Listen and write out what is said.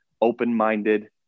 open-minded